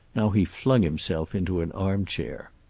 now he flung himself into an armchair.